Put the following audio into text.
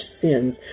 sins